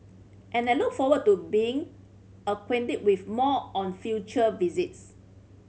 and I look forward to being acquainted with more on future visits